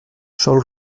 sol